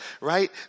right